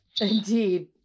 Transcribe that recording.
Indeed